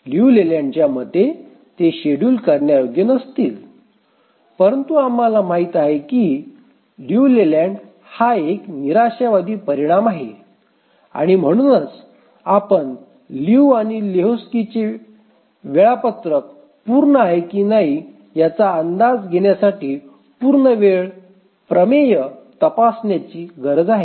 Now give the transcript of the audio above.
लियू लेलँडच्या मते ते शेड्यूल करण्यायोग्य नसतील परंतु आम्हाला माहित आहे की लियू लेलँड हा एक निराशावादी परिणाम आहे आणि म्हणूनच आपण लियू आणि लेहोक्स्कीचे वेळापत्रक पूर्ण आहे की नाही याचा अंदाज घेण्यासाठी पूर्ण वेळ प्रमेय तपासण्याची गरज आहे